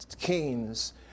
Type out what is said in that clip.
kings